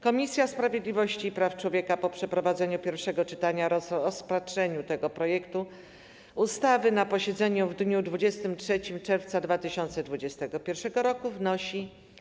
Komisja Sprawiedliwości i Praw Człowieka po przeprowadzeniu pierwszego czytania oraz rozpatrzeniu tego projektu ustawy na posiedzeniu w dniu 23 czerwca 2021 r. wnosi: